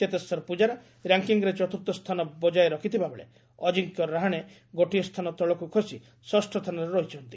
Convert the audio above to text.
ଚେତେଶ୍ୱର ପୂଜାରା ର୍ୟାଙ୍କିଙ୍ଗ୍ରେ ଚତୁର୍ଥ ସ୍ଥାନ ବଜାୟ ରଖିଥିବାବେଳେ ଅଜିଙ୍କ୍ୟ ରାହାଣେ ଗୋଟିଏ ସ୍ଥାନ ତଳକୁ ଖସି ଷଷ୍ଠ ସ୍ଥାନରେ ରହିଛନ୍ତି